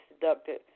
deducted